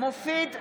מופיד מרעי,